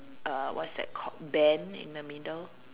uh what's that called bend in the middle